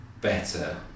better